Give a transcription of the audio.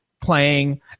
playing